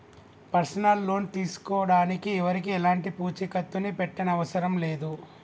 personal loan తీసుకోడానికి ఎవరికీ ఎలాంటి పూచీకత్తుని పెట్టనవసరం లేదు